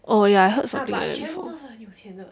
oh ya I heard something like that before